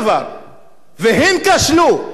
והם כשלו בגדול.